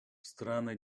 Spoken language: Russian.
страны